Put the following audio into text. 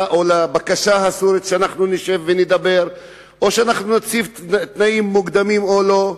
או לבקשה הסורית שנשב ונדבר או שנציב תנאים מוקדמים או לא.